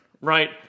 right